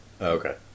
Okay